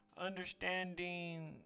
Understanding